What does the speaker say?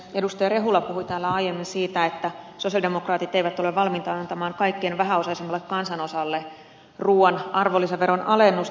rehula puhui täällä aiemmin siitä että sosialidemokraatit eivät ole valmiita antamaan kaikkein vähäosaisimmalle kansanosalle ruuan arvonlisäveron alennusta